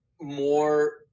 more